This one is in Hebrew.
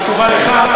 חשובה לך,